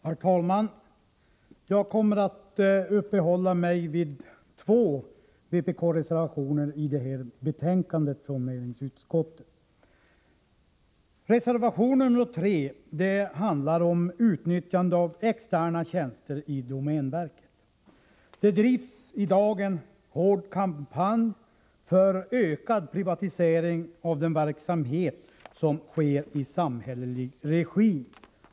Herr talman! Jag kommer att uppehålla mig vid två vpk-reservationer som är fogade till betänkandet från näringsutskottet. Reservation 3 handlar om utnyttjande av externa tjänster i domänverket. Det drivs i dag en hård kampanj för ökad privatisering av den verksamhet som sker i samhällelig regi.